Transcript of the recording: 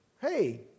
Hey